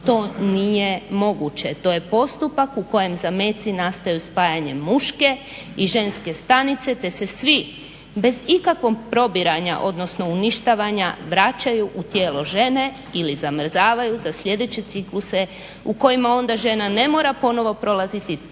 to nije moguće, to je postupak u kojem zameci nastaju spajanjem muške i ženske stanice te se svi, bez ikakvog probiranja odnosno uništavanja vraćaju u tijelo žene ili zamrzavaju za sljedeće cikluse u kojima onda žena ne mora ponovo prolaziti teške